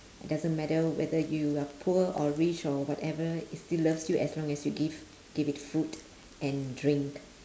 doesn't matter whether you are poor or rich or whatever it still loves you as long as you give give it food and drink